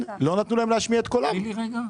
נכון ללפני שנה,